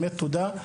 באמת תודה.